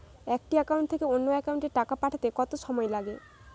একটি একাউন্ট থেকে অন্য একাউন্টে টাকা পাঠাতে কত সময় লাগে?